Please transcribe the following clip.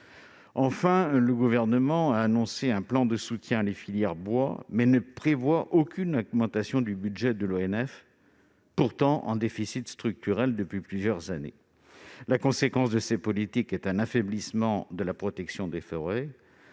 Enfin, le Gouvernement a annoncé un plan de soutien à la filière bois, mais il ne prévoit aucune augmentation du budget de l'ONF, pourtant en déficit structurel depuis plusieurs années. La conséquence de ces politiques est un affaiblissement de la protection des forêts.